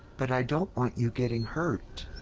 but i don't want you getting hurt.